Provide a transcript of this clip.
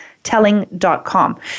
telling.com